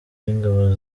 w’ingabo